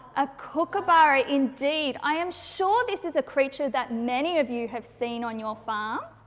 a kookaburra indeed. i am sure this is a creature that many of you have seen on your farm,